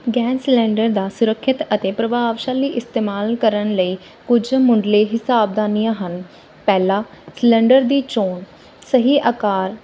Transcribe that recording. gas cylinder ਦਾ ਸੁਰੱਖਿਅਤ ਅਤੇ ਪ੍ਰਭਾਵਸ਼ਾਲੀ ਇਸਤੇਮਾਲ ਕਰਨ ਲਈ ਕੁਝ ਮੁੱਢਲੇ ਹਿਸਾਬਦਾਨੀਆਂ ਹਨ ਪਹਿਲਾ ਸਿਲੰਡਰ ਦੀ ਚੋਣ ਸਹੀ ਆਕਾਰ